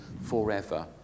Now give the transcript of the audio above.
forever